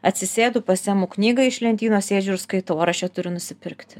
atsisėdu pasiimu knygą iš lentynos sėdžiu ir skaitau ar aš ją turiu nusipirkti